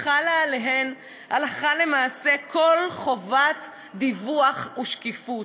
שחלה עליהן הלכה למעשה כל חובת דיווח ושקיפות,